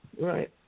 Right